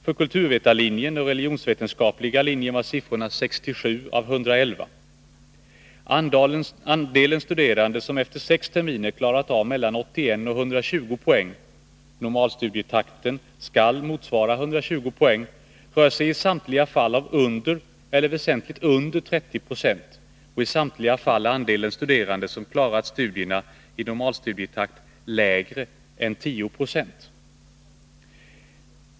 För kulturvetarlinjen och religionsvetenskapliga linjen var siffrorna 67 av 111. Andelen studerande som efter sex terminer klarat av mellan 81 och 120 poäng — normalstudietakten skall motsvara 120 poäng — rör sig i samtliga fall om under eller väsentligt under 30 96, och i samtliga fall är andelen studerande som klarat studierna i normalstudietakt lägre än 10 96.